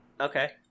Okay